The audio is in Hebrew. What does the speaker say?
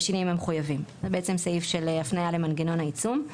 בשינויים המחויבים;"; זה בעצם סעיף של הפניה למנגנון העיצום.